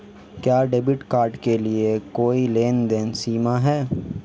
क्या debit card के लिए कोई लेनदेन सीमा है?